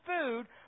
food